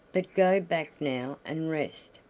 but go back now and rest,